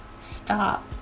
Stop